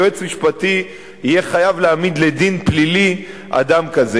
יועץ משפטי יהיה חייב להעמיד לדין פלילי אדם כזה.